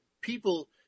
people